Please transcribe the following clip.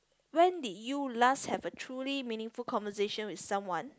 when did you last have a truly meaningful conversation with someone